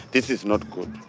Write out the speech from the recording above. this is not good.